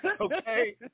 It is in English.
Okay